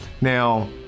Now